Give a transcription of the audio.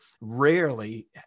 Rarely